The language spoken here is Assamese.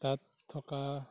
তাত থকা